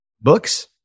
books